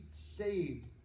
saved